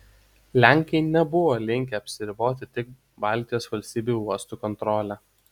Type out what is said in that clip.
lenkai nebuvo linkę apsiriboti tik baltijos valstybių uostų kontrole